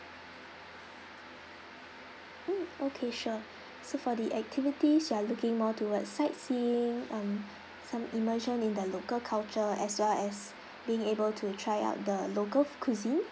mm okay sure so for the activities you are looking more towards sightseeing um some immersion in the local culture as well as being able to try out the local cuisine